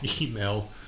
email